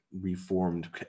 reformed